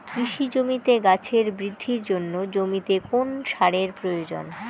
কৃষি জমিতে গাছের বৃদ্ধির জন্য জমিতে কোন সারের প্রয়োজন?